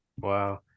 Wow